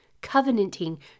covenanting